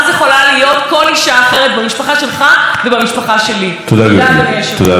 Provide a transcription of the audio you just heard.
בבקשה, חבר הכנסת סעד.